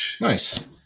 nice